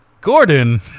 Gordon